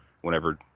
whenever